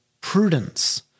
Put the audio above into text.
prudence